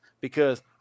Because-